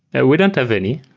ah we don't have any